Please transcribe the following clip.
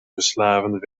verslavend